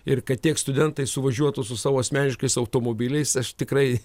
ir kad tiek studentai suvažiuotų su savo asmeniškais automobiliais aš tikrai